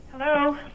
Hello